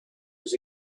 was